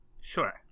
Sure